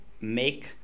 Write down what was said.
make